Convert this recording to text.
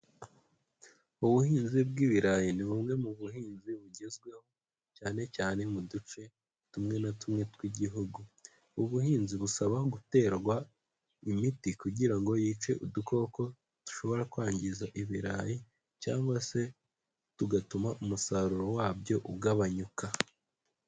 Ubuhinzi bw'ibirayi ni bumwe mu buhinzi bugezweho cyane cyane mu duce tumwe na tumwe tw'igihugu, ubuhinzi busaba guterwa imiti kugira ngo yice udukoko dushobora kwangiza ibirayi cyangwa se tugatuma umusaruro wabyo ugabanyuka.